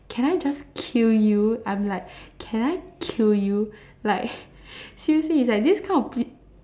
can I just kill you I'm like can I kill you like seriously like this kind of pe~